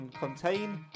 contain